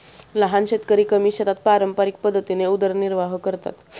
लहान शेतकरी कमी शेतात पारंपरिक पद्धतीने उदरनिर्वाह करतात